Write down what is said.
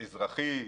אזרחי,